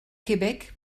québec